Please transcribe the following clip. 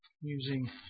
using